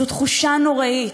זו תחושה נוראית.